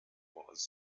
was